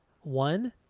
one